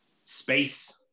space